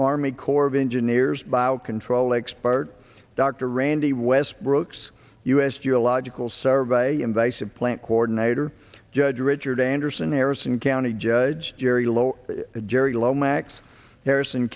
army corps of engineers by troll expert dr randy westbrook's u s geological survey invasive plant coordinator judge richard anderson harrison county judge jerry lowe jerry lomax harrison